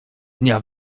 dnia